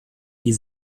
die